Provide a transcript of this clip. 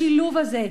השילוב הזה,